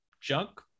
junk